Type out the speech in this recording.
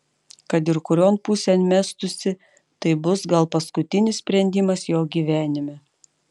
kad ir kurion pusėn mestųsi tai bus gal paskutinis sprendimas jo gyvenime